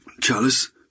Chalice